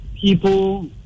people